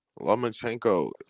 Lomachenko